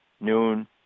noon